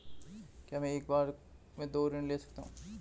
क्या मैं एक बार में दो ऋण ले सकता हूँ?